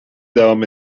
devam